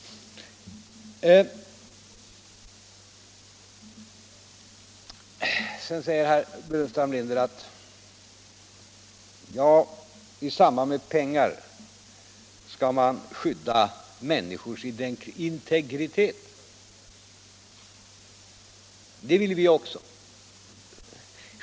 Sedan säger herr Burenstam Linder att man i samband med pengar skall skydda människors integritet. Det vill vi också göra.